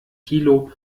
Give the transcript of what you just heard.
kilo